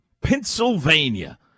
Pennsylvania